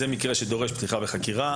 וזה מקרה שדורש פתיחה בחקירה.